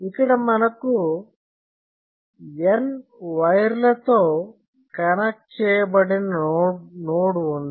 ఇక్కడ మనకు N వైర్లతో కనెక్ట్ చేయబడిన నోడ్ ఉంది